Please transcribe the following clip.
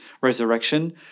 resurrection